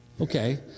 Okay